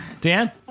Dan